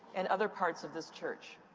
and other parts of this church?